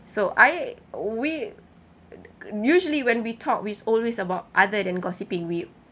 so I we usually when we talked it's always about other than gossiping we